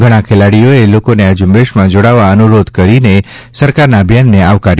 ઘણા ખેલાડીઓએ લોકોને આ ઝુંબેશમાં જોડાવા અનુરોધ કરીને સરકારના અભિયાનને આવકાર્યું છે